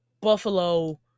Buffalo